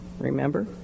Remember